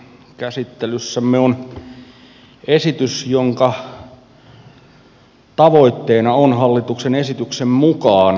käsittelyssämme on esitys jonka tavoitteena on hallituksen esityksen mukaan